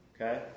Okay